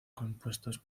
compuestos